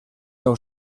nou